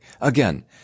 Again